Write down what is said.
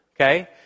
okay